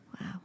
Wow